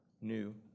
new